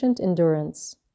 Endurance